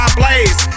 blaze